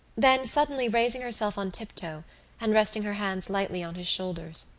then, suddenly raising herself on tiptoe and resting her hands lightly on his shoulders,